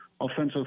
offensive